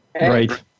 Right